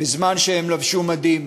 בזמן שהם לבשו מדים,